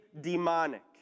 demonic